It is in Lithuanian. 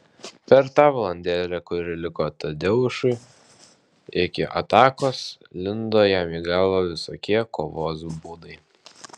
per tą valandėlę kuri liko tadeušui iki atakos lindo jam į galvą visokie kovos būdai